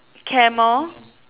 camel